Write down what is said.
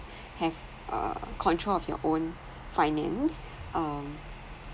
have uh control of your own finance um